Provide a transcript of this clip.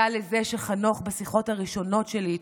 בשיחות הראשונות שלי איתו,